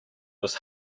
was